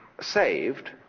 saved